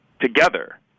together